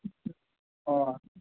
ꯑꯥ